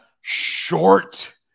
short